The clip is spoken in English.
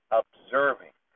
observing